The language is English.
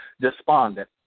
despondent